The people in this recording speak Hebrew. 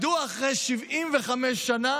מדוע אחרי 75 שנה